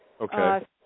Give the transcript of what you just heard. Okay